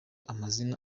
amazina